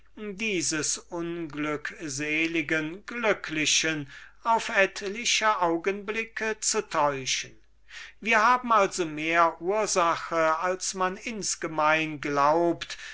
dieser unglückseligen glücklichen auf etliche augenblicke zu betrügen wir haben also mehr ursache als man insgemein glaubt